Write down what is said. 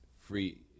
free